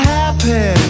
happy